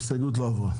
הצבעה ההסתייגות נדחתה.